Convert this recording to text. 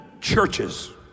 churches